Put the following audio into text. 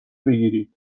بگیرید